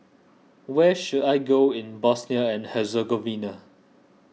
where should I go in Bosnia and Herzegovina